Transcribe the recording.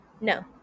No